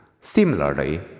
Similarly